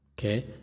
Okay